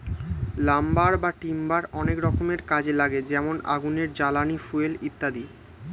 lumber বা timber অনেক রকমের কাজে লাগে যেমন আগুনের জ্বালানি, ফুয়েল ইত্যাদি